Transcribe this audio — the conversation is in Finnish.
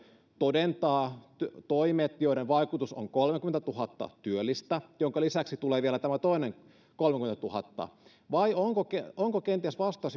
todentaa toimet joiden vaikutus on kolmekymmentätuhatta työllistä minkä lisäksi tulee vielä tämä toinen kolmekymmentätuhatta vai onko vastaus kenties